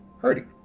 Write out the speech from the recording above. hurting